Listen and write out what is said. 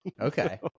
Okay